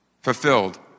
fulfilled